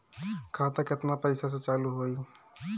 खाता केतना पैसा से चालु होई?